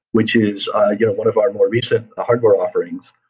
which is ah you know one of our more recent hardware offerings,